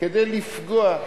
כדי לפגוע.